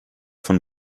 von